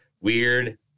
weird